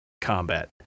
combat